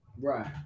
right